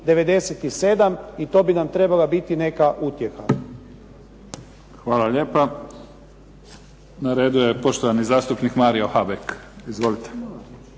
97 i to bi nam trebala biti neka utjeha. **Mimica, Neven (SDP)** Hvala lijepa. Na redu je poštovani zastupnik Mario Habek. Izvolite.